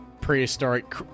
prehistoric